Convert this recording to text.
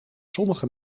sommige